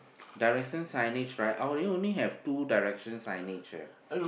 direction signage right our area only have two direction signage eh